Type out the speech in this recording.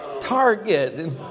Target